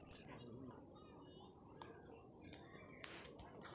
किछु सब्जी आ फसल के पौधा संकर नस्ल के बीज सं उगाएल जाइ छै